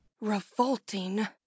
revolting